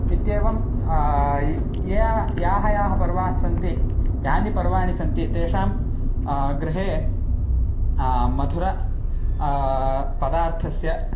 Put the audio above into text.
इत्येवं यानि यानि यानि पर्वाणि सन्ति यानि पर्वाणि सन्ति तेषां गृहे मधुर पदार्थस्य